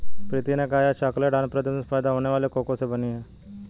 प्रीति ने कहा यह चॉकलेट आंध्र प्रदेश में पैदा होने वाले कोको से बनी है